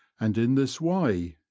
and in this way,